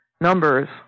numbers